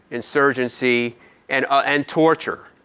insurgency and ah and torture.